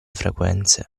frequenze